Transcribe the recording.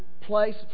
place